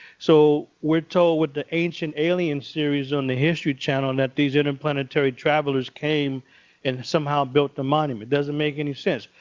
so we're told with the ancient alien series on the history channel that these interplanetary travelers came and somehow built the monument. doesn't make any sense.